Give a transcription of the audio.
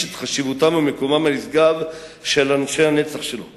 את חשיבותם ומקומם הנשגב של אנשי הנצח שלו .